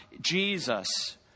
Jesus